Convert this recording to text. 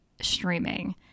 streaming